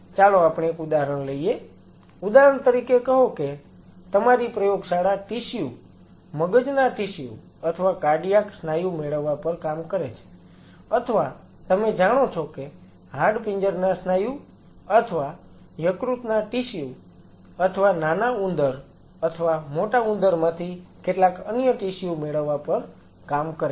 તેથી ચાલો આપણે એક ઉદાહરણ લઈએ ઉદાહરણ તરીકે કહો કે તમારી પ્રયોગશાળા ટિશ્યુ મગજના ટિશ્યુ અથવા કાર્ડિયાક સ્નાયુ મેળવવા પર કામ કરે છે અથવા તમે જાણો છો કે હાડપિંજરના સ્નાયુ અથવા યકૃતના ટિશ્યુ અથવા નાના ઉંદર અથવા મોટા ઉંદર માંથી કેટલાક અન્ય ટિશ્યુ મેળવવા પર કામ કરે છે